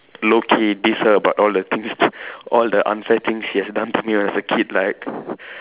low key diss her about all the things all the unfair things she has done to me as a kid like